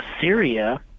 Syria